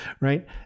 Right